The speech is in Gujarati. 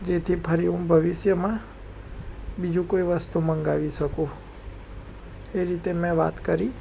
જેથી ફરી હું ભવિષ્યમાં બીજું કોઈ વસ્તુ મંગાવી શકું એ રીતે મેં વાત કરી